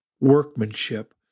workmanship